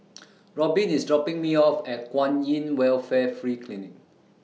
Robyn IS dropping Me off At Kwan in Welfare Free Clinic